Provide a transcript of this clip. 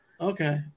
Okay